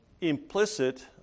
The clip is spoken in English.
implicit